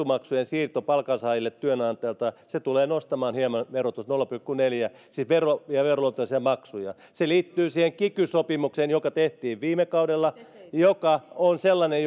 maksujen siirto palkansaajille työnantajalta se tulee nostamaan hieman verotusta nolla pilkku neljä siis vero ja veroluonteisia maksuja se liittyy siihen kiky sopimukseen joka tehtiin viime kaudella ja joka on sellainen